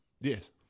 Yes